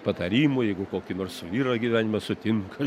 patarimų jeigu kokį nors vyrą gyvenime sutinka